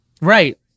Right